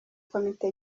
komite